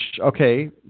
okay